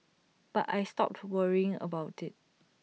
but I stopped worrying about IT